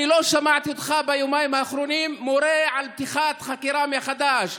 אני לא שמעתי אותך ביומיים האחרונים מורה על פתיחת חקירה מחדש.